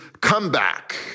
comeback